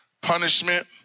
punishment